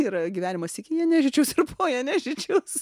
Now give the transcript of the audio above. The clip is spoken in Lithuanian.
yra gyvenimas iki jenežičiaus ir po jenežičiaus